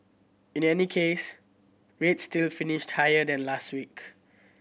in any case rates still finished higher than last week